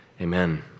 Amen